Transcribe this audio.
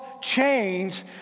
chains